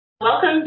Welcome